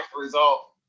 result